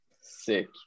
sick